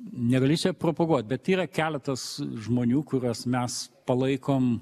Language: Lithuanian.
negali čia propaguot bet yra keletas žmonių kuriuos mes palaikom